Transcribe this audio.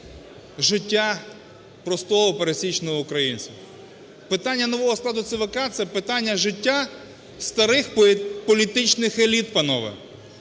життя простого пересічного українця. Питання нового складу ЦВК – це питання життя старих політичних еліт, панове.